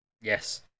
Yes